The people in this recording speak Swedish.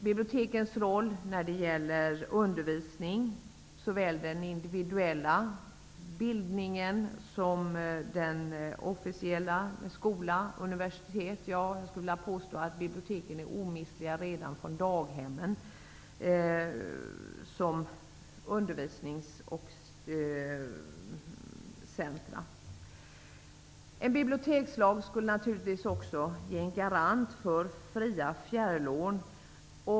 Bibliotekens roll när det gäller undervisning, såväl den individuella bildningen som den officiella med skola och universitet, är, skulle jag vilja påstå, omistlig redan från daghemmen som undervisningscentrum. En bibliotekslag skulle naturligtvis vara en garant för fria fjärrlån.